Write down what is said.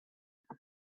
but